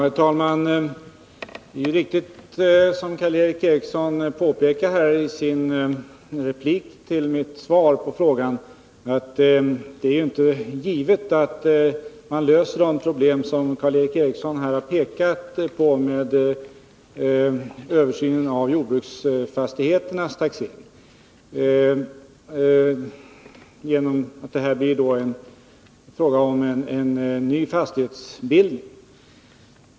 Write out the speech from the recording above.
Herr talman! Det är riktigt, som Karl Erik Eriksson påpekar i sitt tack för mitt svar på frågan, att det inte är givet att man löser det problem, som han här pekat på, genom översyn av taxeringen när det gäller jordbruksfastigheterna — detta på grund av att det blir fråga om en ny fastighetsbildning.